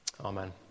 Amen